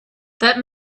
that